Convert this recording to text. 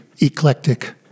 eclectic